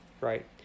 right